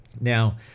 Now